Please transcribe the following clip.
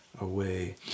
away